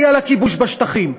היא על הכיבוש בשטחים.